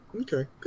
Okay